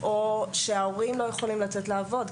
או שההורים לא יכולים לצאת לעבוד,